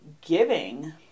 giving